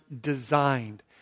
designed